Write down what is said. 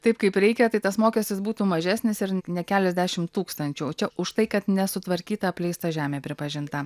taip kaip reikia tai tas mokestis būtų mažesnis ir ne keliasdešimt tūkstančių o čia už tai kad nesutvarkyta apleista žemė pripažinta